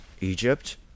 Egypt